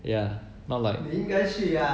yeah not like